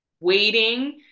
waiting